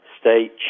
state